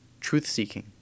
truth-seeking